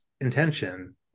intention